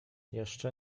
jeszcze